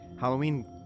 Halloween